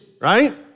Right